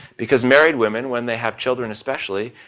because married women when they have children, especially,